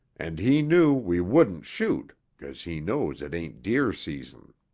and he knew we wouldn't shoot cause he knows it ain't deer season.